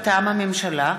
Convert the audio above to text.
מטעם הממשלה: